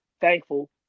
thankful